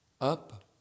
up